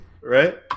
right